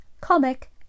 comic